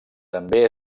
també